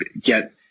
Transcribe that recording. get